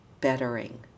bettering